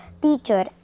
teacher